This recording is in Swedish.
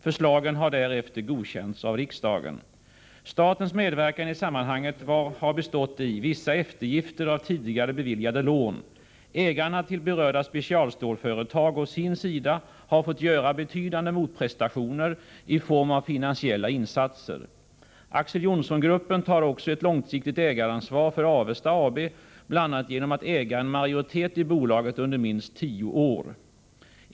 Förslagen har därefter godkänts av riksdagen. Statens medverkan i sammanhanget har bestått i vissa eftergifter av tidigare beviljade lån. Ägarna till berörda specialstålsföretag å sin sida har fått göra betydande motprestationer i form av finansiella insatser. Axel Johnson Gruppen tar också ett långsiktigt ägaransvar för Avesta AB bl.a. genom att äga en majoritet i bolaget under minst tio år.